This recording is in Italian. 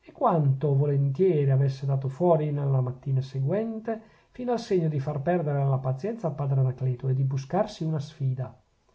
e quanto volentieri avesse dato fuori nella mattina seguente fino al segno di far perdere la pazienza al padre anacleto e di buscarsi una sfida